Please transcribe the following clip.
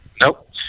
Nope